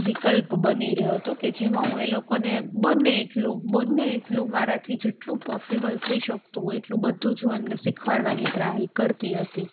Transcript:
વિકલ્પ બની રહ્યો તો કે જેમાં હું એ લોકોને બને એટલું બને એટલું મારાથી જેટલું પોસિબલ થઈ શકતું હોય એટલું બધું જ હું એમને શીખવાડવાની ટ્રાય કરતી હતી